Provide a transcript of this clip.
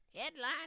Headline